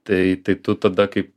tai tai tu tada kaip